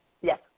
Yes